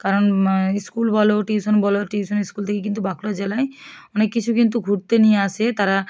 কারণ স্কুল বলো টিউশন বলো টিউশন স্কুল থেকে কিন্তু বাঁকুড়া জেলায় অনেক কিছু কিন্তু ঘুরতে নিয়ে আসে তারা